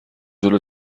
جلو